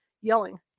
yelling